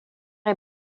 est